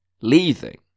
leaving